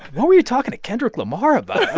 what were you talking to kendrick lamar but